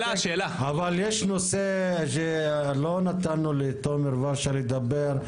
לא נתנו לתומר ורשה לדבר.